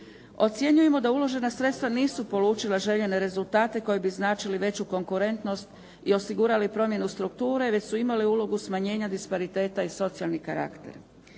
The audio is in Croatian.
Ocjenjujemo da uložena sredstva nisu polučila željene rezultate koji bi značili veću konkurentnost i osigurali promjenu strukture već su imali ulogu smanjenja dispariteta i socijalni karakter.